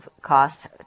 cost